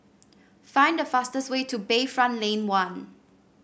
find the fastest way to Bayfront Lane One